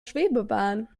schwebebahn